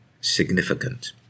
significant